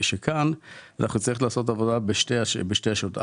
שכאן אנחנו נצטרך לעשות עבודה בשתי רשויות,